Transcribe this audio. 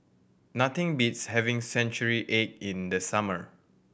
nothing beats having century egg in the summer